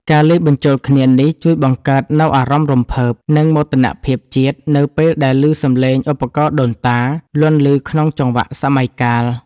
ការលាយបញ្ចូលគ្នានេះជួយបង្កើតនូវអារម្មណ៍រំភើប និងមោទនភាពជាតិ នៅពេលដែលឮសំឡេងឧបករណ៍ដូនតា លាន់ឮក្នុងចង្វាក់សម័យកាល។